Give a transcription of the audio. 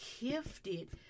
gifted